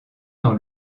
dans